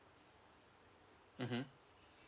mmhmm